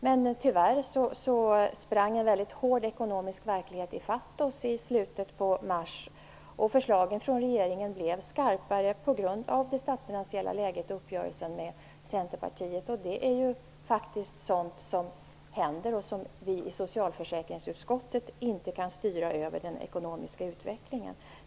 Men tyvärr sprang en väldigt hård ekonomisk verklighet i fatt oss i slutet på mars, och förslagen från regeringen blev skarpare på grund av det statsfinansiella läget och uppgörelsen med Centerpartiet. Det är faktiskt sådant som händer, och vi i socialförsäkringsutskottet kan ju inte styra över den ekonomiska utvecklingen.